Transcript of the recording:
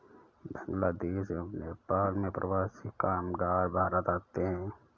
बांग्लादेश एवं नेपाल से प्रवासी कामगार भारत आते हैं